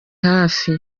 hafi